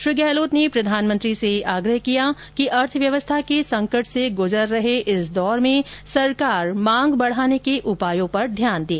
श्री गहलोत ने प्रधानंत्री से आग्रह किया कि अर्थव्यवस्था के संकट से गुजर रहे इस दौर में सरकार मांग बढाने के उपायो पर ध्यान दें